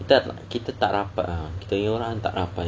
kita tak rapat ah kita punya orang tak rapat